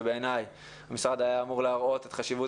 ובעיניי המשרד היה אמור להראות את חשיבות